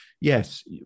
yes